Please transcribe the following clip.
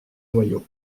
noyaux